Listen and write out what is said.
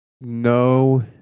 no